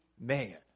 man